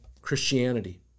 Christianity